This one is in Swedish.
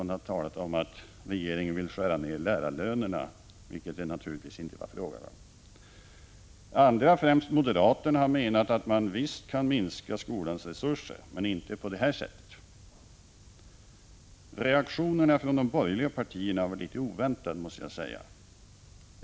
Man har talat om att regeringen vill skära ned lärarlönerna, vilket det naturligtvis inte är fråga om. Andra, främst moderaterna, menar att man visst skall minska skolans resurser, men inte på det sättet. Reaktionerna från de borgerliga partierna var litet oväntade, måste jag säga.